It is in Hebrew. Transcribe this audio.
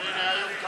מי יענה לי?